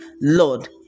lord